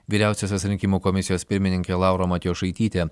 vyriausiosios rinkimų komisijos pirmininkė laura matjošaitytė